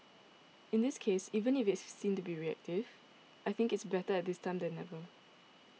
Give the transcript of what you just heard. in this case even if seen to be reactive I think it's better at this time than never